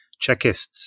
Czechists